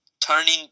turning